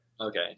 Okay